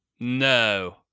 No